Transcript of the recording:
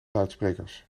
luidsprekers